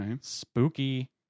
Spooky